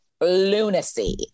lunacy